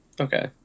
Okay